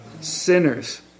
Sinners